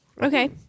Okay